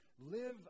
Live